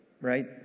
right